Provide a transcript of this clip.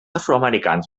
afroamericans